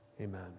Amen